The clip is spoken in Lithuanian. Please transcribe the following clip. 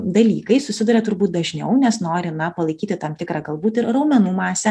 dalykais susiduria turbūt dažniau nes nori na palaikyti tam tikrą galbūt ir raumenų masę